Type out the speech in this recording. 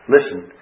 Listen